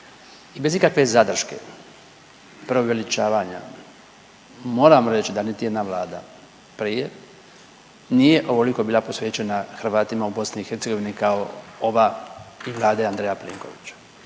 i bez ikakve zadrške, preuveličavanja moram reći da niti jedna vlada prije nije ovoliko bila posvećena Hrvatima u BiH kao ova i vlada Andreja Plenkovića.